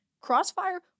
crossfire